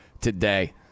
today